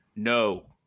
No